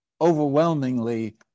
overwhelmingly